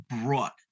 brought